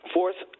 Fourth